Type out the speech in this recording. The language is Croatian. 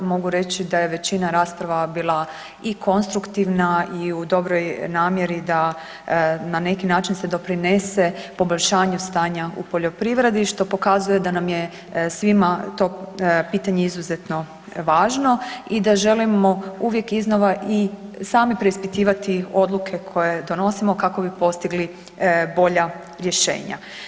Mogu reći da je većina rasprava bila i konstruktivna i u dobroj namjeri da na neki način se doprinese poboljšanju stanja u poljoprivredi što pokazuje da nam je svima to pitanje izuzetno važno i da želimo uvijek iznova i sami preispitivati odluke koje donosimo kako bi postigli bolja rješenja.